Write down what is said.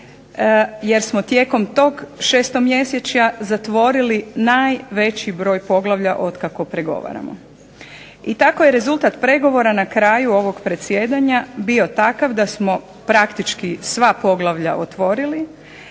jer smo tijekom tog šestomjesečja zatvorili najveći broj poglavlja otkako pregovaramo. I tako je rezultat pregovora na kraju ovog predsjedanja bio takav da smo praktički sva poglavlja otvorili,